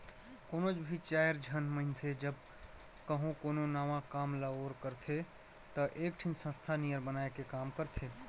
कोनोच भी चाएर झन मइनसे जब कहों कोनो नावा काम ल ओर करथे ता एकठिन संस्था नियर बनाए के काम करथें